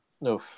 No